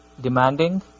demanding